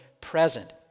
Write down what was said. present